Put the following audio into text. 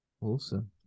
Awesome